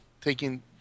taking